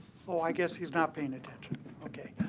oh, i guess he's not paying attention. ok.